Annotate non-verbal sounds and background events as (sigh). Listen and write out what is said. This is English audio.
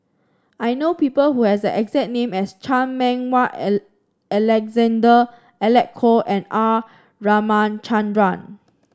I know people who have the exact name as Chan Meng Wah (unintelligible) Alexander Alec Kuok and R Ramachandran